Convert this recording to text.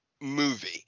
movie